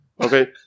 Okay